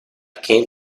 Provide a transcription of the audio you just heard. came